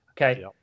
Okay